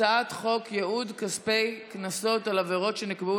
הצעת חוק ייעוד כספי קנסות על עבירות שנקבעו